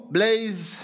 Blaze